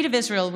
האנגלית,